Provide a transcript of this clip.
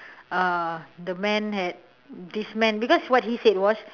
uh the man had this man because what he said was